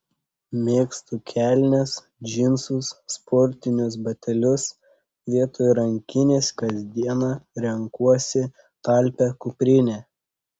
mėgstu kelnes džinsus sportinius batelius vietoj rankinės kasdienai renkuosi talpią kuprinę